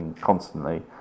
constantly